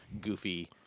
goofy